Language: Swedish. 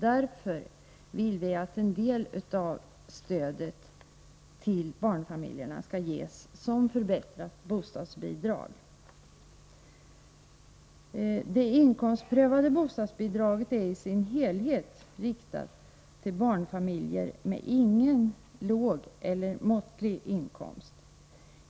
Därför vill vi att en del av stödet till barnfamiljerna skall ges som förbättrat bostadsbidrag. Det inkomstprövade bostadsbidraget är i sin helhet riktat till barnfamiljer med ingen, låg eller måttlig inkomst.